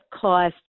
cost